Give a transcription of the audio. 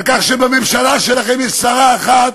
על כך שבממשלה שלכם יש שרה אחת,